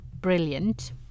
brilliant